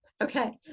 okay